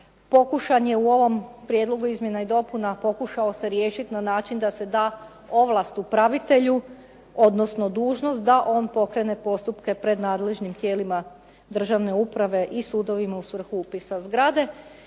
Pokušan je u ovom prijedlogu izmjena i dopuna pokušao se riješiti na način da se da ovlast upravitelju, odnosno dužnost da on pokrene postupke pred nadležnim tijelima državne uprave i sudovima u svrhu upisa zgrade.